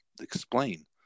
explain